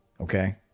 Okay